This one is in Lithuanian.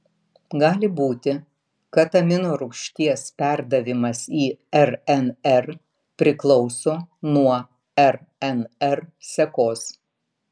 gali būti kad aminorūgšties perdavimas į rnr priklauso nuo rnr sekos